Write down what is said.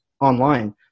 online